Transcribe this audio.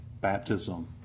baptism